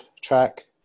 track